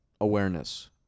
awareness